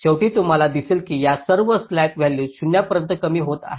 शेवटी तुम्हाला दिसेल की या सर्व स्लॅक व्हॅल्यूज 0 पर्यंत कमी होत आहेत